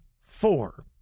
four